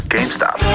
GameStop